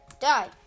Die